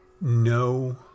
no